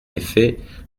effet